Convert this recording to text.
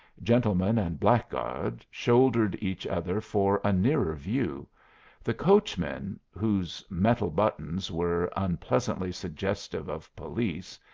gentleman and blackguard shouldered each other for a nearer view the coachmen, whose metal buttons were unpleasantly suggestive of police,